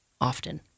often